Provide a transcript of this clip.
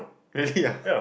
really ah